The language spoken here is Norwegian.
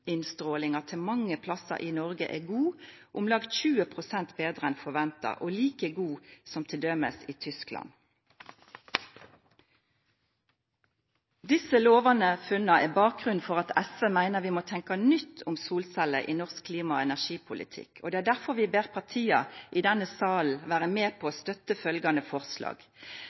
til mange plassar i Noreg er god, om lag 20 pst. betre enn forventa og like god som t.d. i Tyskland. Desse lovande funna er bakgrunnen for at SV meiner vi må tenkja nytt om solceller i norsk klima- og energipolitikk. Det er derfor vi ber partia i denne salen om å vera med på å støtta følgjande forslag: